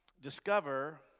discover